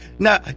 Now